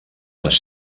les